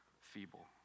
feeble